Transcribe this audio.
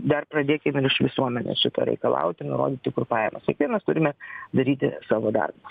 dar pradėkim ir iš visuomenės šito reikalauti nurodyti kur pajamos kiekvienas turime daryti savo darbus